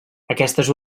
aquestes